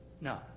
No